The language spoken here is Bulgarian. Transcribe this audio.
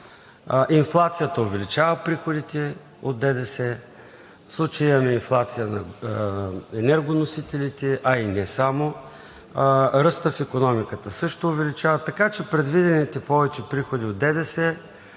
Инфлацията увеличава приходите от ДДС, в случая имаме инфлация на енергоносителите, а и не само, ръстът в икономиката също увеличава, така че предвидените повече приходи от ДДС,